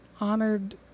honored